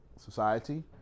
society